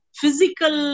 physical